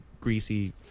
greasy